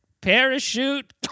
parachute